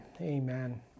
Amen